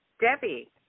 Debbie